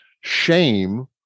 shame